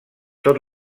tot